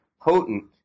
potent